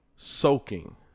Soaking